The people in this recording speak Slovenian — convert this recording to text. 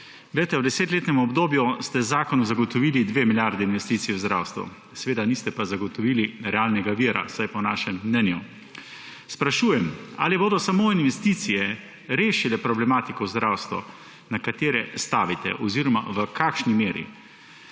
V desetletnem obdobju ste z zakonom zagotovili 2 milijardi investicij v zdravstvo, seveda niste pa zagotovili realnega vira, vsaj po našem mnenju. Sprašujem: Ali bodo samo investicije rešile problematiko v zdravstvu? Na katere stavite oziroma v kakšni meri?